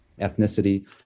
ethnicity